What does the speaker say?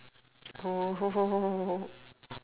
oh